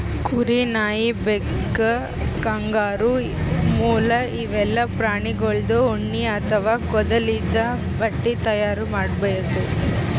ಕುರಿ, ನಾಯಿ, ಬೆಕ್ಕ, ಕಾಂಗರೂ, ಮೊಲ ಇವೆಲ್ಲಾ ಪ್ರಾಣಿಗೋಳ್ದು ಉಣ್ಣಿ ಅಥವಾ ಕೂದಲಿಂದ್ ಬಟ್ಟಿ ತೈಯಾರ್ ಮಾಡ್ಬಹುದ್